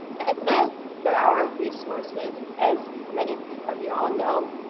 and then there are resources. as many of you all know,